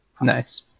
nice